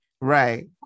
Right